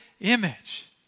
image